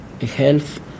health